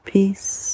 Peace